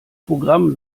programm